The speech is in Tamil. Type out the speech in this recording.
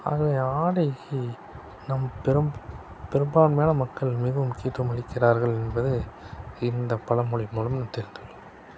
அதில் ஆடைக்கு நம் பெரும் பெரும்பான்மையான மக்கள் மிகவும் முக்கியத்துவம் அளிக்கிறார்கள் என்பது இந்த பலமொழி மூலம் தெரிந்து கொள்ளலாம்